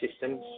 systems